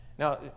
Now